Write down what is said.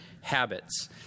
habits